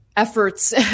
efforts